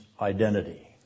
identity